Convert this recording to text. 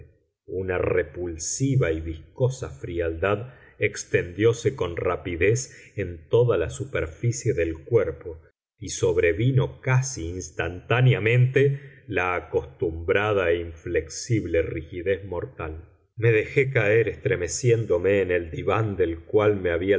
una repulsiva y viscosa frialdad extendióse con rapidez en toda la superficie del cuerpo y sobrevino casi instantáneamente la acostumbrada e inflexible rigidez mortal me dejé caer estremeciéndome en el diván del cual me había